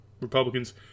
Republicans